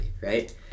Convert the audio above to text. right